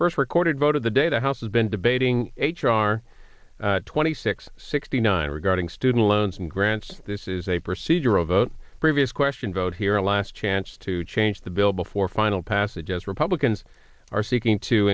first recorded vote of the day the house has been debating h r twenty six sixty nine regarding student loans and grants this is a procedural vote previous question vote here a last chance to change the bill before final passage as republicans are seeking to